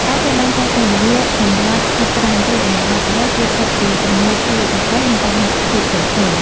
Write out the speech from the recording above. ការចេះបែងចែកពេលវេលាសម្រាប់ហាត់ប្រាណជួយឱ្យអ្នកបើកបរជៀសផុតពីជំងឺឈឺចង្កេះ និងបញ្ហាសុខភាពផ្សេងៗ។